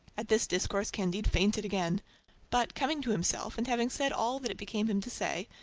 at this discourse candide fainted again but coming to himself, and having said all that it became him to say,